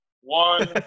One